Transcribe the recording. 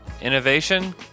innovation